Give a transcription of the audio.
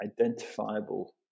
identifiable